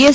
S